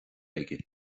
aige